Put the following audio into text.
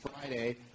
Friday